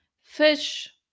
fish